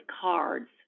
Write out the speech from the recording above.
cards